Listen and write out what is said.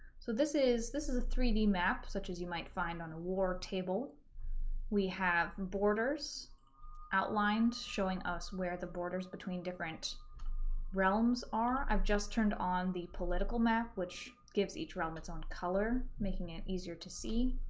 so this is this is a three d map, such as you might find on a war table we have borders outlined, showing us where the borders between different realms are. i've just turned on the political map, which gives each realm its own color, making it easier to see.